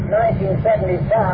1975